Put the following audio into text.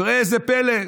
וראה איזה פלא,